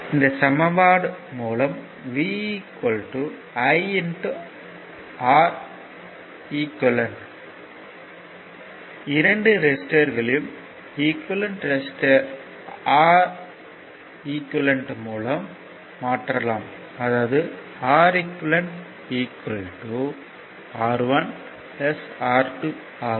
இந்த சமன்பாடு மூலம் V I Req இரண்டு ரெசிஸ்டர்களையும் ஈக்குவேலன்ட் ரெசிஸ்டர் Req மூலம் மாற்றலாம் அதாவது Req R 1 R 2 ஆகும்